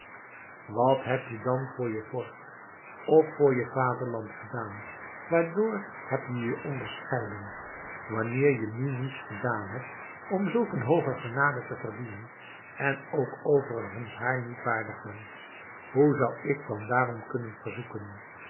wat heb je dan voor je vorst of voor je vaderland gedaan en waardoor heb je je onderscheiden wanneer je nu niets gedaan hebt om zulk een hooge genade te verdienen en ook overigens haar niet waardig bent hoe zou ik dan daarom kunnen verzoeken